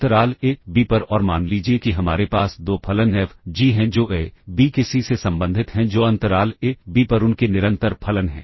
अंतराल A B पर और मान लीजिए कि हमारे पास दो फलन एफ जी हैं जो ए बी के सी से संबंधित हैं जो अंतराल ए बी पर उनके निरंतर फलन हैं